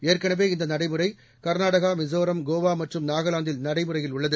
ஏற்கனவே இந்த நடைமுறை கர்நாடா மிசோராம் கோவா மற்றும் நாகாசாந்தில் நடைமுறையில் உள்ளது